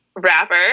rapper